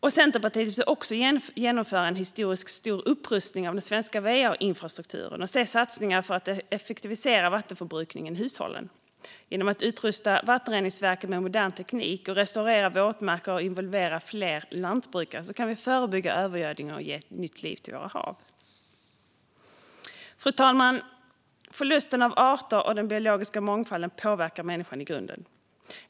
Centerpartiet vill även genomföra en historiskt stor upprustning av den svenska VA-infrastrukturen och se satsningar för att effektivisera vattenförbrukningen i hushållen. Genom att utrusta vattenreningsverken med modern teknik, restaurera våtmarker och involvera fler lantbrukare kan vi förebygga övergödningen och ge nytt liv till våra hav. Fru talman! Förlusten av arter och den biologiska mångfalden påverkar människan i grunden.